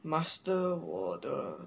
master 我的